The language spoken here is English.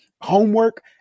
homework